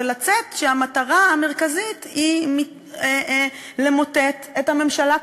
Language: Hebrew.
ולצאת כשהמטרה המרכזית היא למוטט את הממשלה כולה,